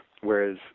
Whereas